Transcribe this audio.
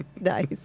Nice